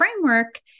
framework